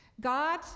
God